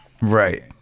Right